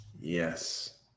yes